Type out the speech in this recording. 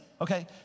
okay